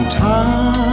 time